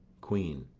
queen.